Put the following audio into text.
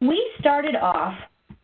we started off